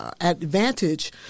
advantage